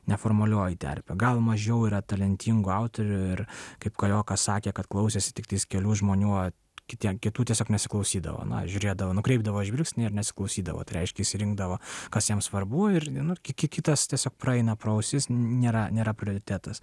neformalioji terpė gal mažiau yra talentingų autorių ir kaip kajokas sakė kad klausėsi tiktai kelių žmonių o kitiem kitų tiesiog nesiklausydavo na žiūrėdavo nukreipdavo žvilgsnį ir nesiklausydavo tai reiškiasi rinkdavo kas jam svarbu ir nu ki kitas tiesiog praeina pro ausis nėra nėra prioritetas